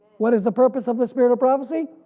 what is the purpose of the spirit of prophecy?